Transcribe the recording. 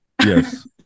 Yes